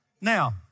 Now